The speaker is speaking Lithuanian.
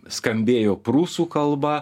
skambėjo prūsų kalba